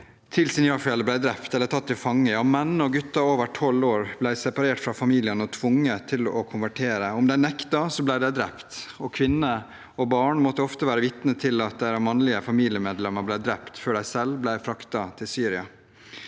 til Sinjar-fjellet, ble drept eller tatt til fange. Menn og gutter over tolv år ble separert fra familiene og tvunget til å konvertere. Om de nektet, ble de drept, og kvinner og barn måtte ofte være vitne til at de mannlige familiemedlemmene ble drept, før de selv ble fraktet til Syria.